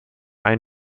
ein